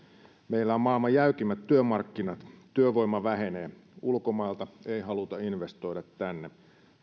meillä on maailman jäykimmät työmarkkinat työvoima vähenee ulkomailta ei haluta investoida tänne